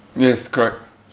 yes correct